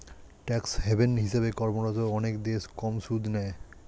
tax haven হিসেবে কর্মরত অনেক দেশ কম সুদ নেয়